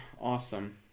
awesome